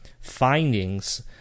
findings